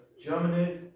Germany